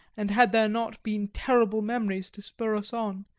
and had there not been terrible memories to spur us on,